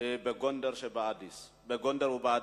בגונדר ובאדיס.